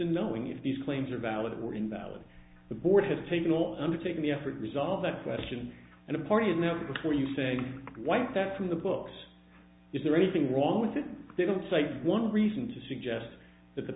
in knowing if these claims are valid or invalid the board has taken all undertaking the effort result that question and a party of never before you saying why that from the books is there anything wrong with it they don't cite one reason to suggest that the